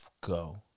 go